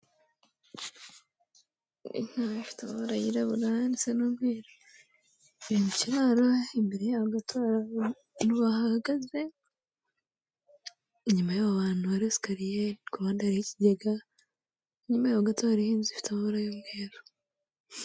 Inkaf ifite amabara yirabura ndetse n'umweru. Mu kiraro imbere yaho gato hari abantu bahahagaze, inyuma y'abo bantu hari esikariye, kuruhande hari ikigega, inyuma yaho gato hariho inzu ifite amabara y'umweru.